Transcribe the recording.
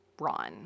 Ron